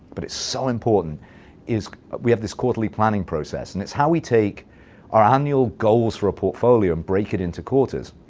but it's so important is we have this quarterly planning process. and it's how we take our annual goals for our portfolio and break it into quarters.